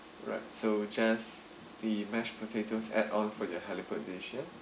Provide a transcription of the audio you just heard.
alright so just the mashed potatoes add-on for your halibut dish ya